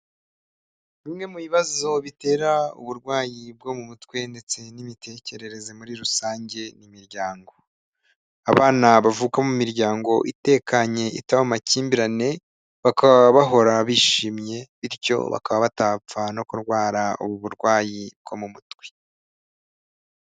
Bimwe mu bibazo bitera uburwayi bwo mu mutwe ndetse n'imitekerereze muri rusange n'imiryango abana bavuka mu miryango itekanye itaba amakimbirane bakaba bahora bishimye bityo bakaba batapfana kurwara ubu burwayi bwo mu mutwe.